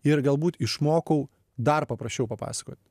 ir galbūt išmokau dar paprasčiau papasakot